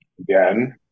Again